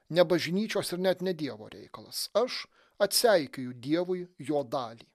ne bažnyčios ir net ne dievo reikalas aš atseikėju dievui jo dalį